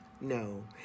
No